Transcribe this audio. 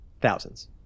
Thousands